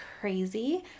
crazy